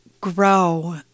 grow